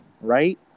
right